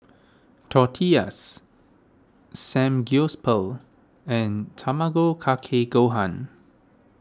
Tortillas Samgyeopsal and Tamago Kake Gohan